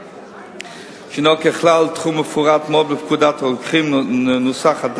שהן ככלל תחום מפורט מאוד בפקודת הרוקחים ,